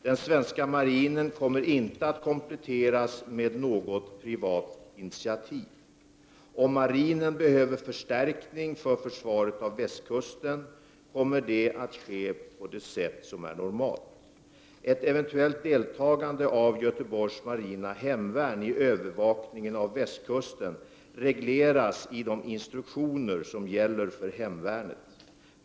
Den svenska marinen kommer inte att kompletteras med något privat initiativ. Om marinen behöver förstärkning för försvaret av västkusten kommer det att ske på det sätt som är normalt. Ett eventuellt deltagande av Göteborgs marina hemvärn i övervakningen av västkusten regleras i de instruktioner som gäller för hemvärnet.